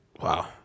Wow